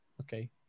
okay